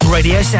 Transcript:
Radio